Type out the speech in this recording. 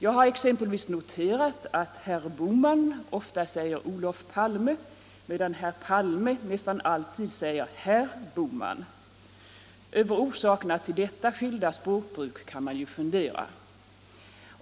Jag har exempelvis noterat att herr Bohman ofta säger Olof Palme, medan herr Palme nästan alltid säger herr Bohman. Över orsakerna till detta skilda språkbruk kan man ju fundera.